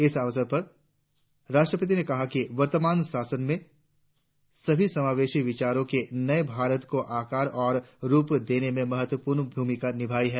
इस अवसर पर राष्ट्रपति ने कहा कि वर्तमान शासन ने सभी समावेशी विचारों के नए भारत को आकार और रुप देने में महत्वपूर्ण भूमिका निभाई है